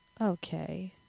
Okay